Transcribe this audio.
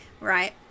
Right